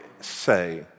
say